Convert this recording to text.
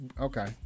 Okay